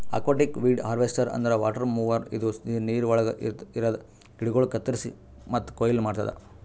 aquatic weed harvester ಅಂದ್ರ water mower ಇದು ನೀರವಳಗ್ ಇರದ ಗಿಡಗೋಳು ಕತ್ತುರಸಿ ಮತ್ತ ಕೊಯ್ಲಿ ಮಾಡ್ತುದ